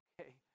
okay